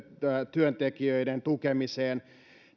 työntekijöiden tukemiseen